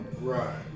Right